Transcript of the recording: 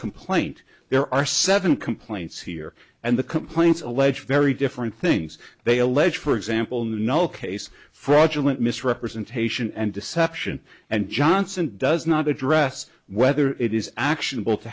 complaint there are seven complaints here and the complaints allege very different things they allege for example no case fraudulent misrepresentation and deception and johnson does not address whether it is action